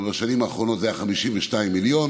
אבל בשנים האחרונות זה היה 52 מיליון.